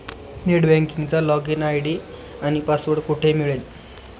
Net बँकिंगचा login ID आणि password कुठे मिळेल?